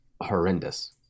horrendous